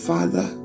Father